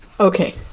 Okay